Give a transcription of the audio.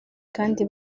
kandi